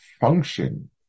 function